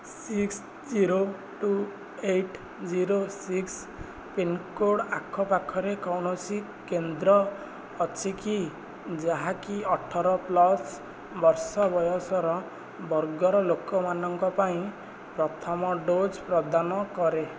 six zero two eight zero six pincode ଆଖପାଖରେ କୌଣସି କେନ୍ଦ୍ର ଅଛି କି ଯାହାକି ଅଠର ପ୍ଲସ୍ ବର୍ଷ ବୟସର ବର୍ଗର ଲୋକଙ୍କ ପାଇଁ ପ୍ରଥମ ଡୋଜ୍ ପ୍ରଦାନ କରେ